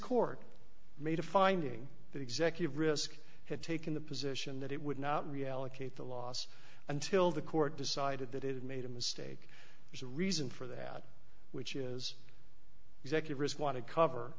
court made a finding that executive risk had taken the position that it would not reallocate the loss until the court decided that it had made a mistake there's a reason for that which is the secularist want to cover